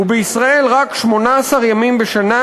ובישראל רק 18 ימים בשנה,